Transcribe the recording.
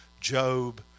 Job